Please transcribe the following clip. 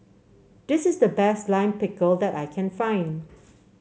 this is the best Lime Pickle that I can find